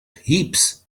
heaps